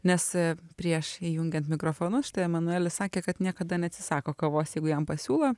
nes prieš įjungiant mikrofonus štai emanuelis sakė kad niekada neatsisako kavos jeigu jam pasiūlo